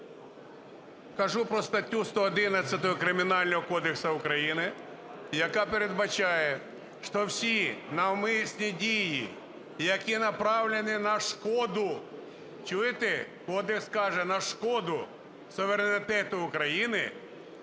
кажу про статтю 111 Кримінального кодексу України, яка передбачає, що всі навмисні дії, які направлені на шкоду, чуєте, кодекс